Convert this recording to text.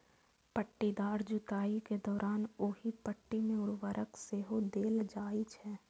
पट्टीदार जुताइ के दौरान ओहि पट्टी मे उर्वरक सेहो देल जाइ छै